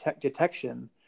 detection